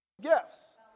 Gifts